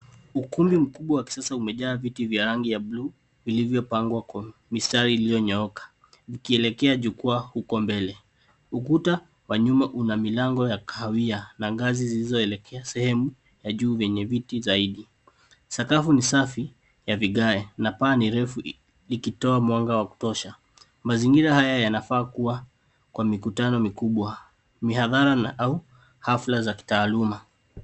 Ukumbi mkubwa wa kisasa umejaa viti vya rangi ya buluu vilivyopangwa kwa mistari iliyonyooka vikielekea jukwaa huko mbele. Ukuta wa nyuma una milango ya kahawia na ngazi zilizoelekea sehemu ya juu yenye viti zaidi. Sakafu ni safi ya vigae na paa ni refu ikitoa mwanga wa kutosha. Mazingira haya yanafaa kuwa kwa mikutano mikubwa, mihadhara au hafla za kitaaluma.